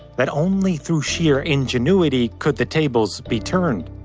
that only through sheer ingenuity could the tables be turned.